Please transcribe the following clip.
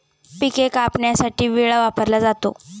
पिके कापण्यासाठी विळा वापरला जातो